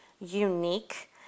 unique